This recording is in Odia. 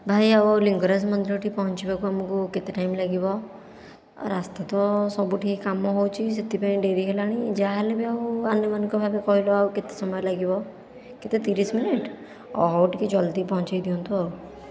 ଭାଇ ଆଉ ଲିଙ୍ଗରାଜ ମନ୍ଦିରଠି ପହଞ୍ଚିବାକୁ ଆମକୁ କେତେ ଟାଇମ ଲାଗିବ ରାସ୍ତା ତ ସବୁଠି କାମ ହେଉଛି ସେଥିପାଇଁ ଡେରି ହେଲାଣି ଯା'ହେଲେ ବି ଆଉ ଆନୁମାନିକ ଭାବେ କହିଲ ଆଉ କେତେ ସମୟ ଲାଗିବ କେତେ ତିରିଶ ମିନିଟି ଓ ହେଉ ଟିକେ ଜଲଦି ପହୁଞ୍ଚାଇ ଦିଅନ୍ତୁ ଆଉ